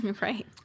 Right